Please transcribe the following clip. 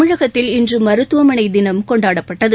தமிழகத்தில் இன்று மருத்துவமனை தினம் கொண்டாடப்பட்டது